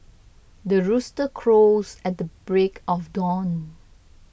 the rooster crows at the break of dawn